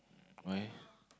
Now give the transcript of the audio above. why